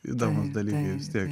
įdomus dalykai vis tiek